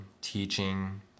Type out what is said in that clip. teaching